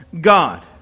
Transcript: God